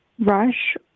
Rush